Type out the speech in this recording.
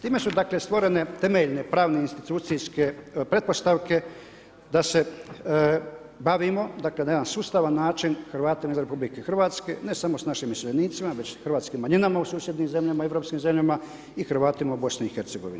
Time su dakle, stvorene temeljne pravne institucijske pretpostavke da se bavimo na jedan sustavan način Hrvatima izvan RH, ne samo s našim iseljenicima, već hrvatskim manjinama u susjednim zemljama, europskim zemljama i Hrvatima u BIH.